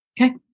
Okay